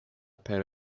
per